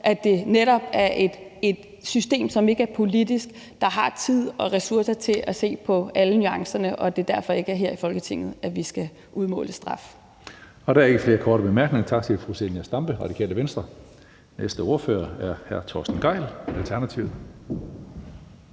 at det netop er et system, som ikke er politisk, der har tid og ressourcer til at se på alle nuancerne. Det er derfor, at det ikke er her i Folketinget, vi skal udmåle straf. Kl. 16:35 Tredje næstformand (Karsten Hønge): Der er ikke flere korte bemærkninger. Tak til fru Zenia Stampe, Radikale Venstre. Næste ordfører er hr. Torsten Gejl, Alternativet.